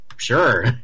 sure